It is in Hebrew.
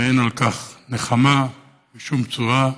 ואין על כך נחמה בשום צורה.